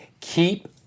Keep